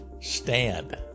stand